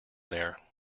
there